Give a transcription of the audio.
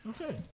Okay